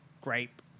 grape